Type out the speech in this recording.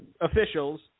officials